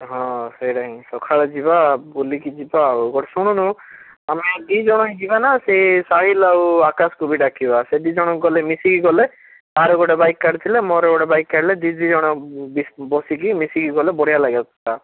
ହଁ ସେଇଟା ହିଁ ସକାଳେ ଯିବା ବୁଲିକି ଯିବା ଆଉ ଗୋଟେ ଶୁଣୁନୁ ଆମେ ଦୁଇ ଜଣ ହିଁ ଯିବା ନା ସେ ସାହିଲ ଆଉ ଆକାଶକୁ ବି ଡାକିବା ସେ ଦୁଇ ଜଣ ଗଲେ ମିଶିକି ଗଲେ ତାର ଗୋଟେ ବାଇକ୍ କାଢ଼ିଥିଲେ ମୋର ଗୋଟେ ବାଇକ୍ କାଢ଼ିଲେ ଦୁଇ ଦୁଇ ଜଣ ବସିକି ମିଶିକି ଗଲେ ବଢିଆ ଲାଗିବ ସେଇଟା